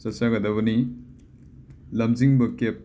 ꯆꯠꯆꯒꯗꯕꯅꯤ ꯂꯝꯖꯤꯡꯕ ꯀꯦꯞ